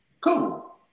Cool